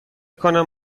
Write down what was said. کنم